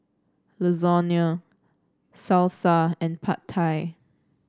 Lasagna Salsa and Pad Thai